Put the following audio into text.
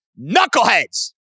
knuckleheads